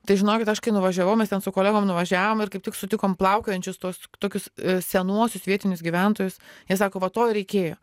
tai žinokit aš kai nuvažiavau mes ten su kolegom nuvažiavom ir kaip tik sutikom plaukiojančius tuos tokius senuosius vietinius gyventojus jie sako va to ir reikėjo